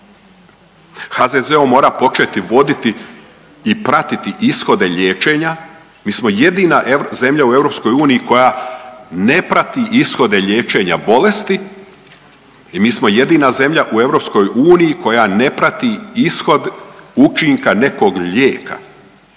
HZZO mora početi voditi i pratiti ishode liječenja, mi smo jedina zemlja u EU koja ne prati ishode liječenja bolesti i mi smo jedina zemlja u EU koja ne prati ishod učinka nekog lijeka.